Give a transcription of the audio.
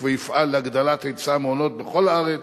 ויפעל להגדלת היצע המעונות בכל הארץ